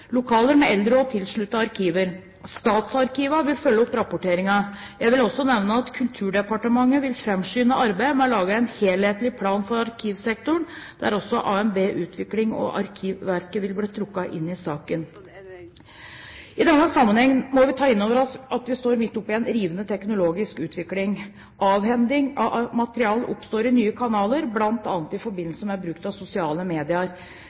lokaler med eldre og avsluttede arkiver. Statsarkivene vil følge opp rapporteringen. Jeg vil også nevne at Kulturdepartementet vil fremskynde arbeidet med å lage en helhetlig plan for arkivsektoren, der også ABM-utvikling og Arkivverket vil bli trukket inn i saken. I denne sammenheng må vi ta inn over oss at vi står midt oppe i en rivende teknologisk utvikling. Arkivverdig materiale oppstår i nye kanaler, bl.a. i forbindelse med bruk av sosiale medier.